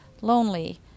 lonely